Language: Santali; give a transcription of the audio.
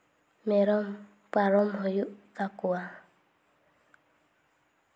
ᱢᱮᱨᱚᱢ ᱯᱟᱨᱚᱢ ᱦᱩᱭᱩᱜ ᱛᱟᱠᱚᱣᱟ